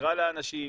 תקרא לאנשים,